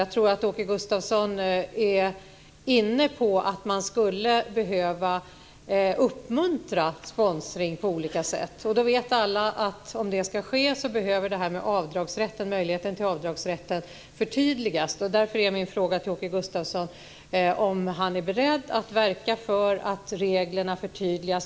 Jag tror att Åke Gustavsson är inne på att man skulle behöva uppmuntra sponsring på olika sätt. Om det ska ske så vet alla att möjligheten till avdragsrätt behöver förtydligas. Därför är min fråga till Åke Gustavsson: Är han beredd att verka för att reglerna förtydligas?